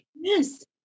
yes